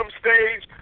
stage